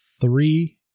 three